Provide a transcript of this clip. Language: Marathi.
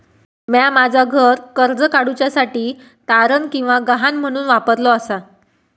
म्या माझा घर कर्ज काडुच्या साठी तारण किंवा गहाण म्हणून वापरलो आसा